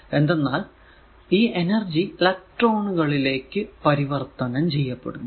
എന്തെന്നാൽ ഈ എനർജി എലെക്ട്രോണുകളിലേക്കു പരിവർത്തനം ചെയ്യപ്പെടുന്നു